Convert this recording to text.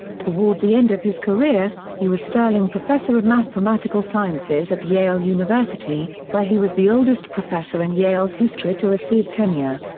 toward the end of his career, he was sterling professor of mathematical sciences at yale university, where he was the oldest professor in yale's history to receive tenure.